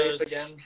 again